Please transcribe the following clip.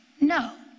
No